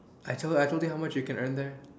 I told I told you how much you can earn there